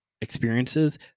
Experiences